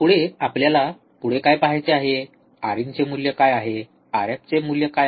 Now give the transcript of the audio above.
पुढे आपल्याला पुढे काय पाहायचे आहे Rin चे मूल्य काय आहे Rf चे मूल्य काय आहे